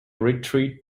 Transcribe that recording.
retreat